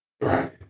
Right